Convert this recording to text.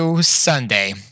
Sunday